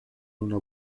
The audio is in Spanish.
una